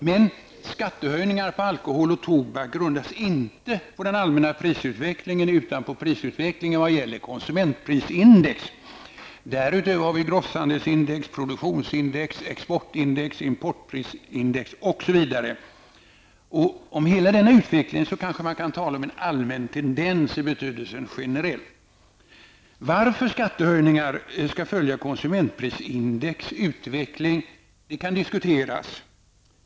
Men skattehöjningar på alkohol och tobak grundar sig inte på den allmänna prisutvecklingen, utan på utvecklingen av konsumentprisindex. Därutöver har vi grosshandelsindex, produktionsindex, exportindex, importprisindex osv. Om man talar om utvecklingen på alla dessa områden kanske man kan tala om en tendens som är allmän i betydelsen generell. Varför skattehöjningar skall följa konsumentprisindex utveckling kan diskuteras.